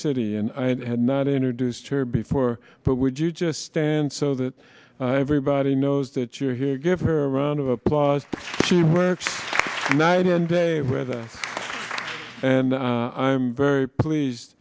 city and i had not entered duce chair before but would you just stand so that everybody knows that you're here gave her a round of applause she works night and day weather and i'm very pleased